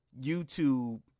YouTube